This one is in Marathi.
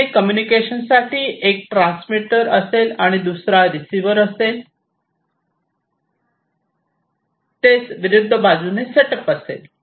वनवे कम्युनिकेशन साठी एक ट्रान्समीटर असेल आणि दुसरा रिसिवर असे असेल तसेच विरुद्ध बाजूने सेटअप असेल